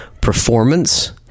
performance